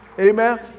Amen